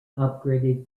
upgraded